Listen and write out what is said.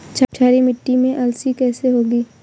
क्षारीय मिट्टी में अलसी कैसे होगी?